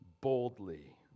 boldly